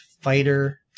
fighter